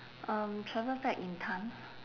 um travel back in time